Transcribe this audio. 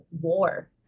war